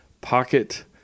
pocket